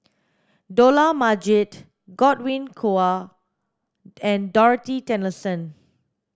Dollah Majid Godwin Koay and Dorothy Tessensohn